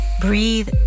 breathe